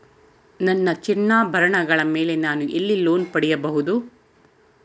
ನನ್ನ ಚಿನ್ನಾಭರಣಗಳ ಮೇಲೆ ನಾನು ಎಲ್ಲಿ ಲೋನ್ ಪಡೆಯಬಹುದು?